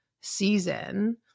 season